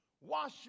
Wash